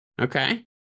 Okay